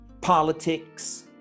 politics